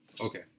Okay